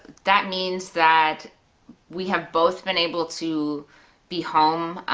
that means that we have both been able to be home.